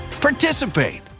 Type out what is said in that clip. Participate